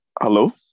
Hello